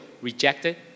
rejected